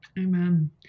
Amen